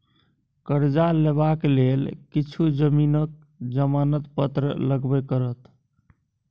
करजा लेबाक लेल किछु जमीनक जमानत पत्र लगबे करत